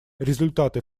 результаты